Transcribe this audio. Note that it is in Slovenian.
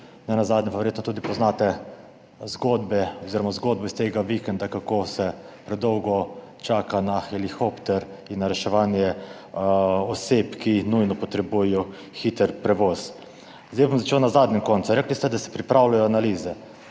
nenazadnje pa verjetno poznate tudi zgodbo s tega vikenda, kako se predolgo čaka na helikopter in reševanje oseb, ki nujno potrebujejo hiter prevoz. Začel bom na zadnjem koncu. Rekli ste, da se pripravljajo analize.